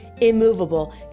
immovable